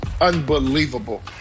unbelievable